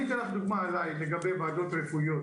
אתן לך דוגמה שנוגעת אליי, לגבי ועדות רפואיות.